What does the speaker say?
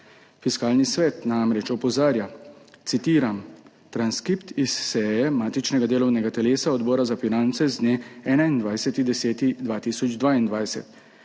Fiskalni svet namreč opozarja, citiram transkript s seje matičnega delovnega telesa, Odbora za finance z dne 21. 10. 2022: